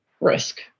risk